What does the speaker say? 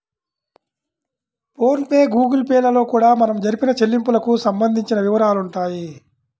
phone pay Google Pay లలో కూడా మనం జరిపిన చెల్లింపులకు సంబంధించిన వివరాలుంటాయి